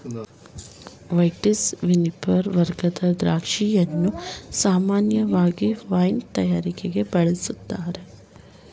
vitis vinifera ವರ್ಗದ ದ್ರಾಕ್ಷಿಯನ್ನು ಸಾಮಾನ್ಯವಾಗಿ ವೈನ್ ತಯಾರಿಕೆಗೆ ಬಳುಸ್ತಾರೆ